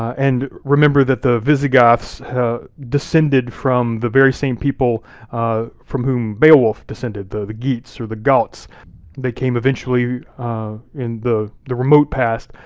and remember that the visigoths descended from the very same people from whom beowulf descended. the geats or the gauts they came eventually in the the remote past,